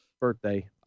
birthday